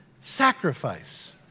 sacrifice